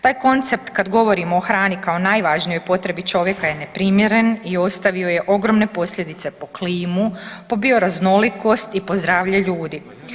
Taj koncept kad govorimo o hrani kao najvažnijoj potrebi čovjeka je neprimjeren i ostavio je ogromne posljedice po klimu, po bioraznolikost i po zdravlje ljudi.